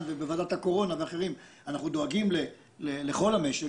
ובוועדת הקורונה והאחרות אנחנו דואגים לכל המשק,